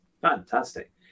Fantastic